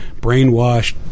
brainwashed